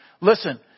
Listen